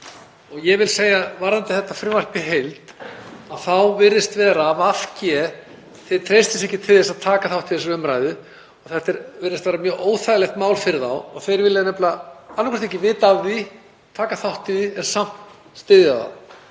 Ég vil segja varðandi þetta frumvarp í heild að þá virðist vera að VG treysti sér ekki til að taka þátt í þessari umræðu. Þetta virðist vera mjög óþægilegt mál fyrir þá og þeir vilja nefnilega annaðhvort ekki vita af því, taka þátt í því en samt styðja það.